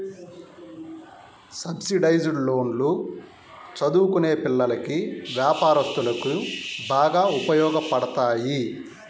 subsidised లోన్లు చదువుకునే పిల్లలకి, వ్యాపారస్తులకు బాగా ఉపయోగపడతాయి